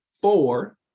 four